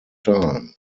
time